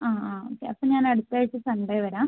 ആ ആ ഓക്കേ അപ്പോൾ ഞാൻ അടുത്ത ആഴ്ച് സൺഡേ വരാം